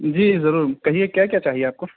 جی ضرور کہیے کیا کیا چاہیے آپ کو